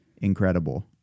incredible